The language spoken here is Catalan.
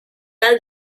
del